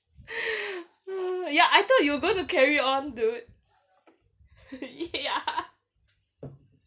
ya I thought you were going to carry on dude ya